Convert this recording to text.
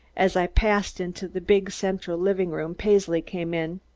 as i passed into the big, central living-room, paisley came in.